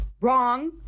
wrong